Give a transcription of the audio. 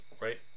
right